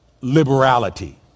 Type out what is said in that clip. liberality